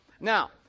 now